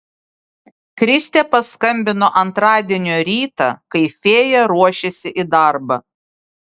kristė paskambino antradienio rytą kai fėja ruošėsi į darbą